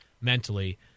mentally